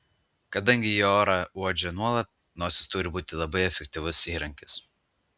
kadangi jie orą uodžia nuolat nosis turi būti labai efektyvus įrankis